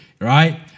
right